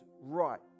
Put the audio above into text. right